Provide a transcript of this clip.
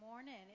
morning